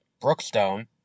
Brookstone